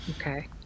okay